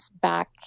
back